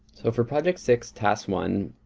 so for project six, task one,